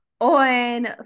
on